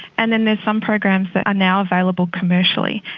and then there's some programs that are now available commercially.